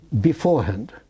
beforehand